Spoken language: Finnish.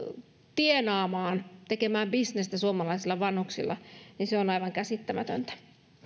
tienaamaan tekemään bisnestä suomalaisilla vanhuksilla niin se on aivan käsittämätöntä